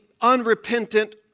unrepentant